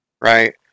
Right